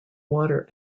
water